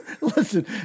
Listen